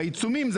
עיצומים,